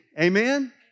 Amen